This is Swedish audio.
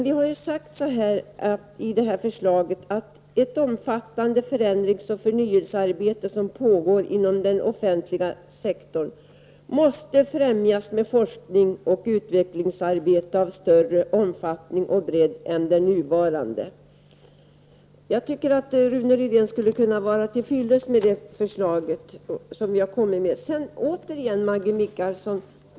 Vi har i förslaget sagt att det omfattande förändringsoch förnyelsearbete som pågår inom den offentliga sektorn måste främjas med ett forskningsoch utvecklingsarbete av större omfattning och bredd än det nuvarande. Jag tycker att Rune Rydén skulle kunna vara till freds med det förslag som vi har lagt fram. Maggi Mikaelsson!